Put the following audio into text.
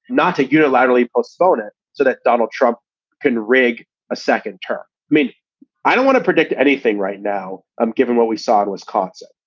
not to unilaterally postpone it so that donald trump can rig a second term. i don't want to predict anything right now. i'm given what we saw in wisconsin.